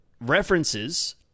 references